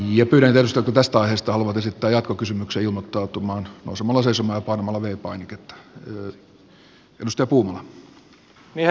jo yhden osa vastaajista ollut esittää jatkokysymyksiä ilmottautumaan savolaisen sillä parmala vei painiketta herra puhemies